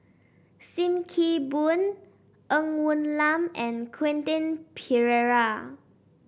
Sim Kee Boon Ng Woon Lam and Quentin Pereira